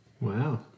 Wow